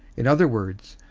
in other words,